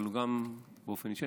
אבל גם באופן אישי,